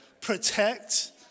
protect